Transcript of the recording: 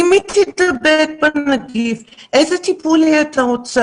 אם היא תידבק בנגיף איזה טיפול היא הייתה רוצה